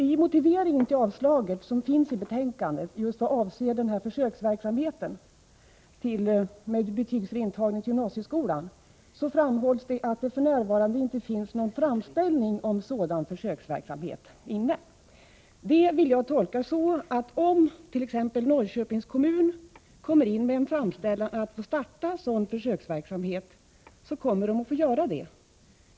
I motiveringen till avstyrkandet vad avser försöksverksamheten med betygsfri intagning till gymnasieskolan framhålls i betänkandet att det för närvarande inte föreligger någon framställning om sådan försöksverksamhet. Det vill jag tolka så, att om t.ex. Norrköpings kommun kommer in med en framställning om att få starta en sådan försöksverksamhet, så kommer kommunen att få göra det.